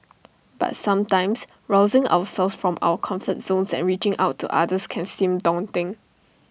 but sometimes rousing ourselves from our comfort zones and reaching out to others can seem daunting